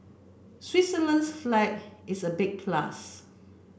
Switzerland's flag is a big plus